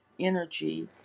energy